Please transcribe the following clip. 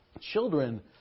Children